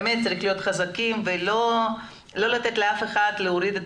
באמת צריך להיות חזקים ולא לתת לאף אחד להוריד את